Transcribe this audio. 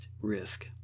risk